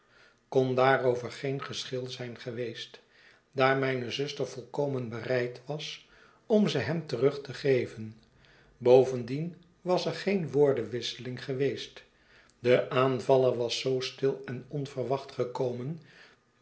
kon daarover geen geschil zijn geweest daar mijne zuster volkomen bereid was om ze hem terug te geven bovendien was er geen woordenwisseling geweest de aanvaller was zoo stil en onverwacht gekomen